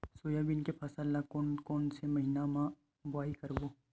Soybean के फसल ल कोन कौन से महीना म बोआई करबो?